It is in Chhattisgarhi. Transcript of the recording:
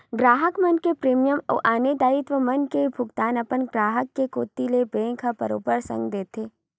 गराहक मन के प्रीमियम अउ आने दायित्व मन के भुगतान अपन ग्राहक के कोती ले बेंक ह बरोबर संग देथे